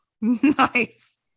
Nice